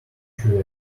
future